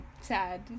sad